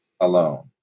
alone